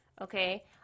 Okay